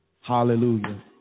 Hallelujah